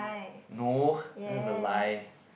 no that's a lie